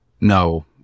no